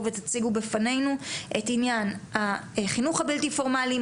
ותציגו בפנינו את עניין החינוך הבלתי פורמלי,